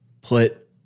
put